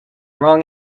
wrong